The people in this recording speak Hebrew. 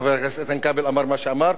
חבר הכנסת איתן כבל אמר מה שאמר,